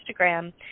Instagram